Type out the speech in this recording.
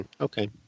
Okay